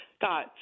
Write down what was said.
got